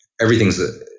everything's